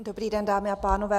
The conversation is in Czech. Dobrý den, dámy a pánové.